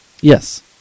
Yes